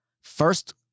First